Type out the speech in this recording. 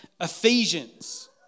Ephesians